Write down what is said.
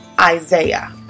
Isaiah